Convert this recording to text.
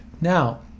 Now